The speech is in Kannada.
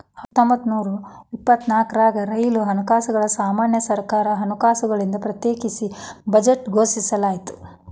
ಹತ್ತೊಂಬತ್ತನೂರ ಇಪ್ಪತ್ನಾಕ್ರಾಗ ರೈಲ್ವೆ ಹಣಕಾಸುಗಳನ್ನ ಸಾಮಾನ್ಯ ಸರ್ಕಾರ ಹಣಕಾಸುಗಳಿಂದ ಪ್ರತ್ಯೇಕಿಸಿ ಬಜೆಟ್ ಘೋಷಿಸಲಾಯ್ತ